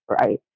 right